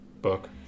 book